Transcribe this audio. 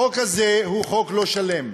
החוק הזה לא שלם.